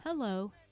Hello